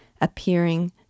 appearing